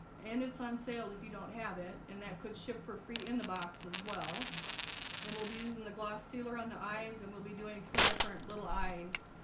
and it's on sale if you don't have it and that could ship for free in the box as well and we'll be using the gloss sealer on the eyes and we'll be doing three different little eyes